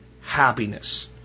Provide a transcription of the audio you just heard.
happiness